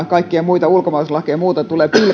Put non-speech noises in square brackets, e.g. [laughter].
[unintelligible] kaikkia muita ulkomaalaislakeja ja muuta tulee